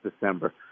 december